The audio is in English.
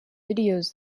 videos